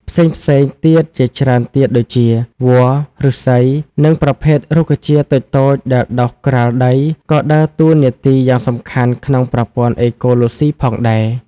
ផ្សេងៗទៀតជាច្រើនទៀតដូចជា វល្លិ៍ ឫស្សី និងប្រភេទរុក្ខជាតិតូចៗដែលដុះក្រាលដី ក៏ដើរតួនាទីយ៉ាងសំខាន់ក្នុងប្រព័ន្ធអេកូឡូស៊ីផងដែរ។